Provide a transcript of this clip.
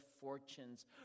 fortunes